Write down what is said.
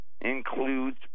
includes